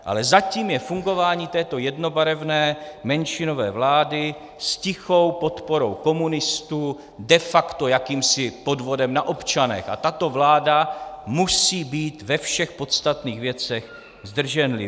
Ale zatím je fungování této jednobarevné menšinové vlády s tichou podporou komunistů de facto jakýmsi podvodem na občanech a tato vláda musí být ve všech podstatných věcech zdrženlivá.